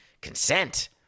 consent